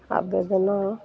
ଆବେଦନ